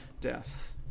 death